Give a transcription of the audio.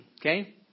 okay